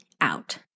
out